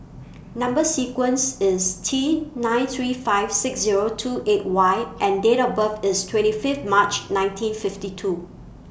Number sequence IS T nine three five six Zero two eight Y and Date of birth IS twenty five March nineteen fifty two